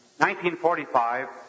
1945